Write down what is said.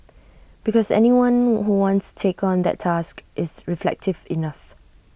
because anyone who wants take on that task is reflective enough